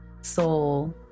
soul